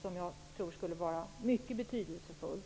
Jag tror att det skulle vara mycket betydelsefullt.